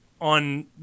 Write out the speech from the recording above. on